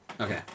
Okay